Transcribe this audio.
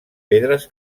pedres